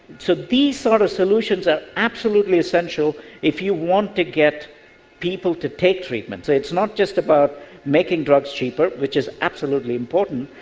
so these sorts sort of solutions are absolutely essential if you want to get people to take treatment. so it's not just about making drugs cheaper, which is absolutely important,